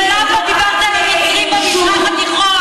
מעולם לא דיברת על הנושאים במזרח התיכון,